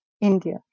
india